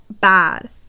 bad